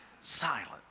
silent